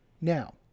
now